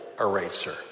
eraser